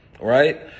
Right